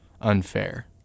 unfair